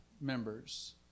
members